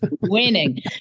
winning